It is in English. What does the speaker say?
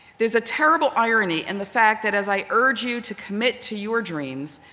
there is a terrible irony in the fact that as i urge you to commit to your dreams,